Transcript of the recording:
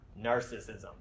Narcissism